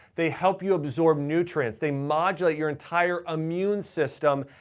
they help you absorb nutrients, they modulate your entire immune system,